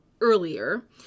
earlier